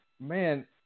man